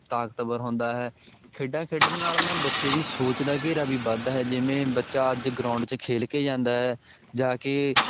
ਤਾਕਤਵਰ ਹੁੰਦਾ ਹੈ ਖੇਡਾਂ ਖੇਡਣ ਨਾਲ ਨਾ ਬੱਚੇ ਦੀ ਸੋਚ ਦਾ ਘੇਰਾ ਵੀ ਵੱਧਦਾ ਹੈ ਜਿਵੇਂ ਬੱਚਾ ਅੱਜ ਗਰਾਊਂਡ 'ਚ ਖੇਲ ਕੇ ਜਾਂਦਾ ਹੈ ਜਾ ਕੇ